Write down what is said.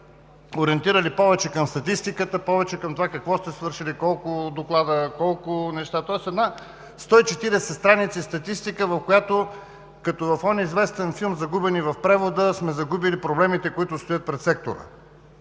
от 140 страници, в която, като в онзи известен филм „Загубени в превода“, сме загубили проблемите, които стоят пред сектора.